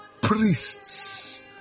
priests